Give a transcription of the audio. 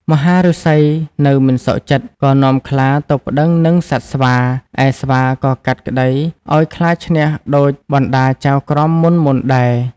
មហាឫសីនៅមិនសុខចិត្ត ក៏នាំខ្លាទៅប្តឹងនឹងសត្វស្វា ឯស្វាក៏កាត់ក្តីឱ្យខ្លាឈ្នះដូចបណ្តាចៅក្រមមុនៗដែរ។